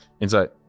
Inside